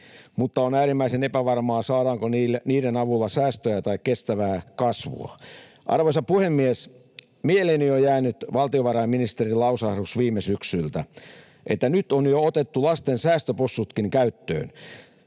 mutta on äärimmäisen epävarmaa, saadaanko niiden avulla säästöjä tai kestävää kasvua. Arvoisa puhemies! Mieleeni on jäänyt viime syksyltä valtiovarainministerin lausahdus, että nyt on jo otettu lasten säästöpossutkin käyttöön.